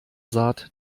saat